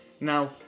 Now